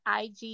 IG